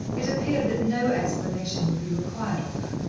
it appeared that no explanation would be required of her.